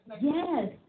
Yes